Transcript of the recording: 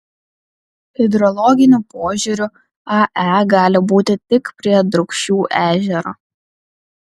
hidrologiniu požiūriu ae gali būti tik prie drūkšių ežero